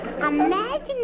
Imagine